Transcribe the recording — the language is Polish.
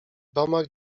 domach